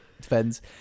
depends